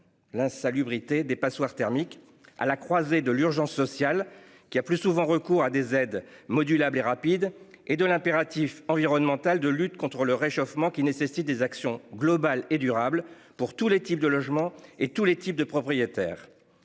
L'insalubrité des passoires thermiques. À la croisée de l'urgence sociale qui a plus souvent recours à des aides modulable et rapide et de l'impératif environnemental de lutte contre le réchauffement, qui nécessitent des actions global et durable pour tous les types de logements et tous les types de propriétaire